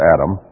Adam